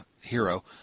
hero